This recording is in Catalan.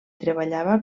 treballava